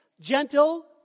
gentle